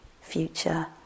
future